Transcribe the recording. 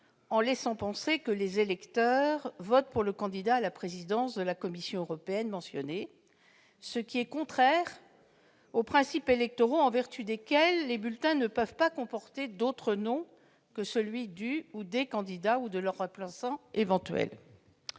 en laissant penser que les électeurs votent pour le candidat mentionné à la présidence de la Commission européenne, ce qui est contraire aux principes électoraux en vertu desquels les bulletins ne peuvent pas comporter d'autre nom que celui du ou des candidats ou de leur remplaçant éventuel.